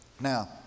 Now